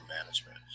management